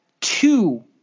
two